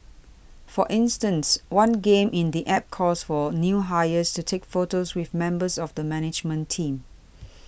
for instance one game in the App calls for new hires to take photos with members of the management team